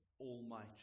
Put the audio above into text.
almighty